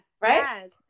Right